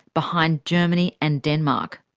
behind germany and denmark.